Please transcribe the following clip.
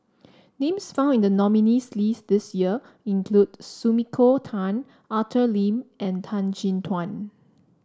names found in the nominees' list this year include Sumiko Tan Arthur Lim and Tan Chin Tuan